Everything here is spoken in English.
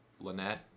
Lynette